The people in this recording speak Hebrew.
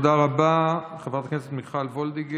תודה רבה, חברת הכנסת מיכל וולדיגר.